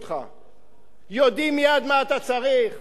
יודעים מייד מה אתה צריך, פותרים לך את כל הבעיות.